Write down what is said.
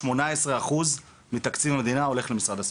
0.18% מתקציב המדינה הולך למשרד הספורט.